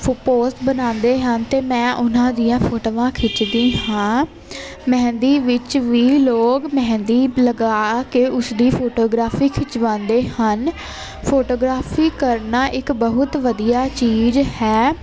ਫਪੋਸ ਬਣਾਉਂਦੇ ਹਨ ਅਤੇ ਮੈਂ ਉਹਨਾਂ ਦੀਆਂ ਫੋਟੋਆਂ ਖਿੱਚਦੀ ਹਾਂ ਮਹਿੰਦੀ ਵਿੱਚ ਵੀ ਲੋਕ ਮਹਿੰਦੀ ਲਗਾ ਕੇ ਉਸ ਦੀ ਫੋਟੋਗ੍ਰਾਫੀ ਖਿੱਚਵਾਉਂਦੇ ਹਨ ਫੋਟੋਗ੍ਰਾਫੀ ਕਰਨਾ ਇੱਕ ਬਹੁਤ ਵਧੀਆ ਚੀਜ਼ ਹੈ